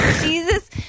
Jesus